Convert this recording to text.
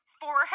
forehead